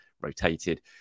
rotated